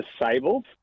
disabled